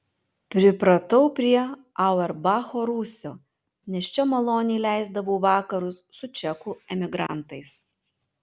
pripratau prie auerbacho rūsio nes čia maloniai leisdavau vakarus su čekų emigrantais